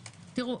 תראו,